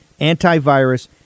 antivirus